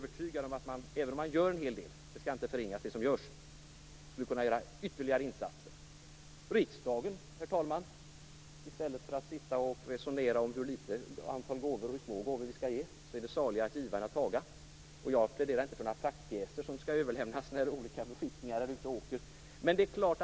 En hel del görs, och det skall inte förringas. Men ytterligare insatser skulle kunna göras. I stället för att resonera om hur litet gåvor, antalet gåvor eller hur små gåvor som skall ges kunde riksdagen göra en insats. Det är ju saligare att giva än att taga. Jag pläderar inte för att praktpjäser skall överlämnas när olika beskickningar är ute och reser.